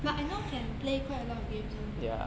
but I know can play quite a lot of games [one] eh